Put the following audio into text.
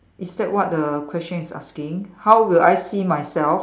is that what the question is asking how will I see myself